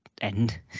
end